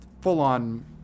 full-on